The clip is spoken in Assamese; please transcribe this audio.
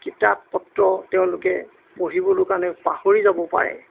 কিতাপ পত্ৰ তেওঁলোকে পঢ়িবলৈ কাৰণে পাহৰি যাব পাৰে